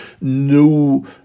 no